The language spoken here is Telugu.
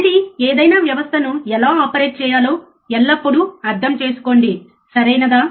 మళ్ళీ ఏదైనా వ్యవస్థను ఎలా ఆపరేట్ చేయాలో ఎల్లప్పుడూ అర్థం చేసుకోండి సరియైనదా